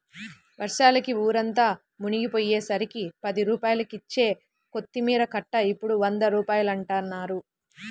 వర్షాలకి ఊరంతా మునిగిపొయ్యేసరికి పది రూపాయలకిచ్చే కొత్తిమీర కట్ట ఇప్పుడు వంద రూపాయలంటన్నారు